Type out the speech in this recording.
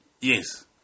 Yes